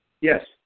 Yes